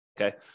Okay